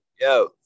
Yo